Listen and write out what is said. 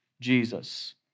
Jesus